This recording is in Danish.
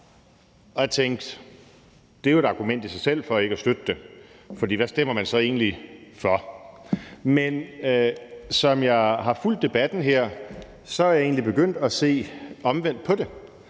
og jeg tænkte: Det er jo et argument i sig selv for ikke at støtte det, for hvad stemmer man så egentlig for? Men efterhånden som jeg har fulgt debatten her, er jeg egentlig begyndt at se omvendt på det.